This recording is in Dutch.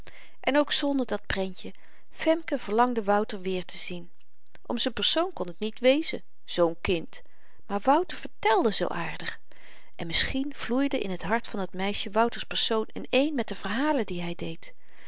en ook zonder dat prentje femke verlangde wouter weêrtezien om z'n persoon kon t niet wezen zoon kind maar wouter vertelde zoo aardig en misschien vloeiden in t hart van dat meisje wouter's persoon in-een met de verhalen die hy deed